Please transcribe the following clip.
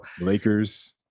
Lakers